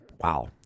wow